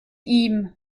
ihm